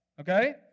Okay